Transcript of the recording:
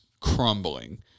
crumbling